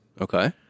Okay